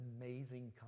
amazing